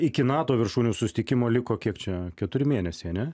iki nato viršūnių susitikimo liko kiek čia keturi mėnesiai ane